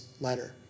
letter